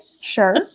sure